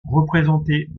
représentée